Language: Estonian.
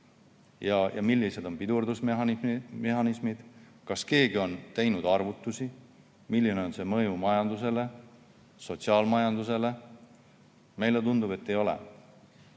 Millised on pidurdusmehhanismid? Kas keegi on teinud arvutusi, milline on selle mõju majandusele, sotsiaalmajandusele? Meile tundub, et ei ole